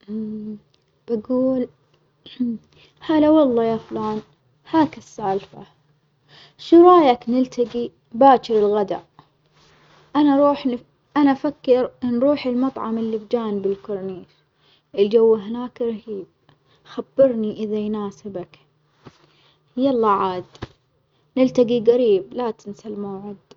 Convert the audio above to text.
بجول هلا والله يا فلان هاك السالفة، شو رأيك نلتجي باجر الغدا، أنا أروح أنا أفكر نروح المطعم اللي بجانب الكورنيش، الجو هناك رهيب، خبرني إذا يناسبك، يلا عاد نلتجي جريب لا تنسى الموعد.